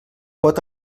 pot